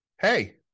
Hey